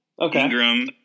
Okay